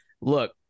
look